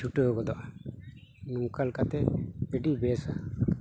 ᱪᱷᱩᱴᱟᱹᱣ ᱜᱚᱫᱚᱜᱼᱟ ᱱᱚᱝᱠᱟ ᱞᱮᱠᱟᱛᱮ ᱟᱹᱰᱤ ᱵᱮᱥᱟ